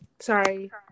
Sorry